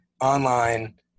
online